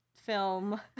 film